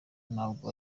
ntabwo